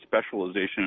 specialization